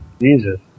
Jesus